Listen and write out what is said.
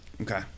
Okay